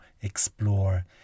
explore